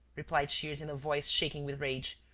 replied shears, in a voice shaking with rage.